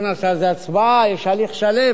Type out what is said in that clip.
צריכים לעשות על זה הצבעה, ויש הליך שלם.